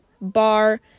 bar